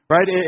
Right